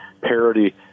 parity